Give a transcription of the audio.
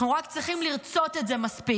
אנחנו רק צריכים לרצות את זה מספיק.